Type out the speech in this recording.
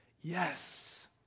Yes